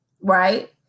right